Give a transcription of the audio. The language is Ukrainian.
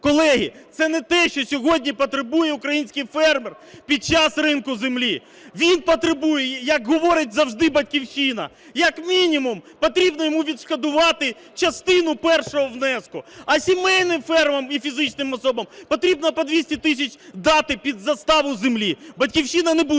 Колеги, це не те, що сьогодні потребує український фермер під час ринку землі. Він потребує, як говорить завжди "Батьківщина", як мінімум потрібно йому відшкодувати частину першого внеску, а сімейним фермам і фізичним особам потрібно по 200 тисяч дати під заставу землі. "Батьківщина" не буде